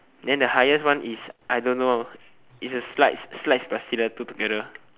then the highest one is I don't know it's a slides slides plus stiletto together